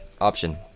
option